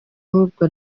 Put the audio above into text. ahubwo